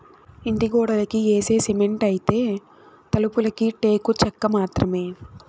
ఇంటి గోడలకి యేసే సిమెంటైతే, తలుపులకి టేకు చెక్క మాత్రమే